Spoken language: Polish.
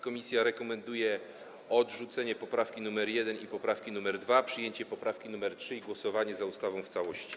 Komisja rekomenduje odrzucenie poprawki nr 1 i poprawki nr 2, przyjęcie poprawki nr 3 i głosowanie za ustawą w całości.